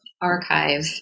archive